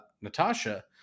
Natasha